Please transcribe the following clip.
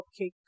cupcake